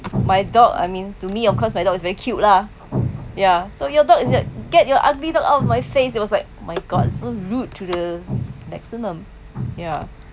my dog I mean to me of course my dog is very cute lah ya so your dog is at get your ugly dog out of my face it was like my god so rude to the maximum yeah